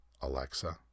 Alexa